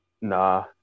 nah